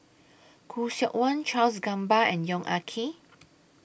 Khoo Seok Wan Charles Gamba and Yong Ah Kee